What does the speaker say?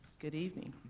good evening.